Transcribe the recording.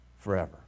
forever